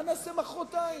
מה נעשה מחרתיים?